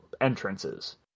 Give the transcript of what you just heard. entrances